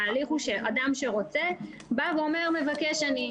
ההליך הוא שאדם שרוצה, בא ואומר: מבקש אני.